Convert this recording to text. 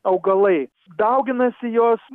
augalai dauginasi jos